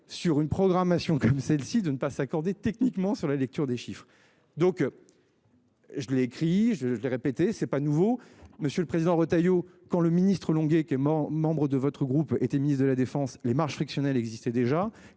sur une programmation comme celle-ci de ne pas s'accorder techniquement sur la lecture des chiffres donc. Je l'ai écrit, je l'ai répété, c'est pas nouveau. Monsieur le Président Retailleau quand le ministre Longuet qui est mort membre de votre groupe était ministre de la Défense les marges frictionnel existait déjà